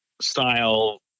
style